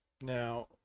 Now